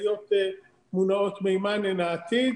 מונעות מימן הן העתיד.